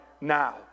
now